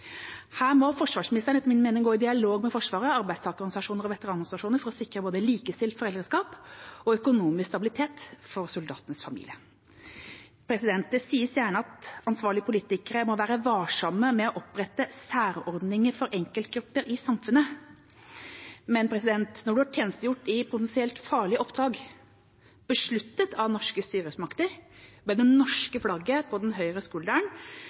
Her må forsvarsministeren etter min mening gå i dialog med Forsvaret og arbeidstakerorganisasjoner og veteranorganisasjoner for å sikre både likestilt foreldreskap og økonomisk stabilitet for soldatenes familie. Det sies gjerne at ansvarlige politikere må være varsomme med å opprette særordninger for enkeltgrupper i samfunnet. Men når man har tjenestegjort i potensielt farlige oppdrag, besluttet av norske styresmakter, med det norske flagget på den høyre